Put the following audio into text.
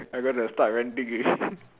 I gonna start ranting already